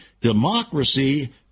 democracy